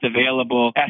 available